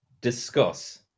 discuss